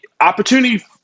opportunity